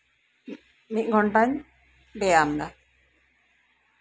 ᱢᱤᱫ ᱜᱷᱚᱱᱴᱟᱧ ᱵᱮᱭᱟᱢ ᱫᱟ